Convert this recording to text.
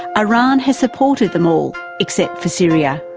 iran has supported them all except for syria.